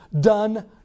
done